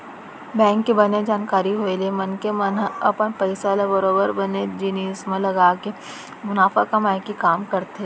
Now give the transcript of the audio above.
bank के बने जानकारी होय ले मनखे मन ह अपन पइसा ल बरोबर बने जिनिस म लगाके मुनाफा कमाए के काम करथे